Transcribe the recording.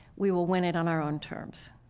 we will win it on our own terms.